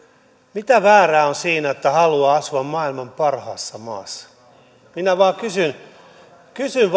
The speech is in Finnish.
mitä väärää on sinä että haluaa asua maailman parhaassa maassa minä vain kysyn kysyn